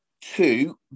Two